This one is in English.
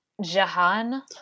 Jahan